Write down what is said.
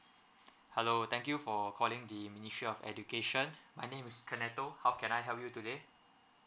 hello thank you for calling the ministry of education my name canadel how can I help you today